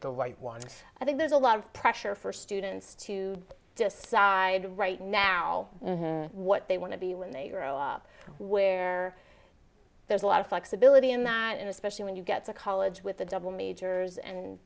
one and i think there's a lot of pressure for students to decide right now what they want to be when they grow up where there's a lot of flexibility in that and especially when you get to college with the double majors and